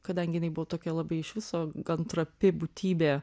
kadangi jinai buvo tokia labai iš viso gan trapi būtybė